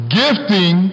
gifting